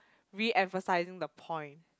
re-emphasising the point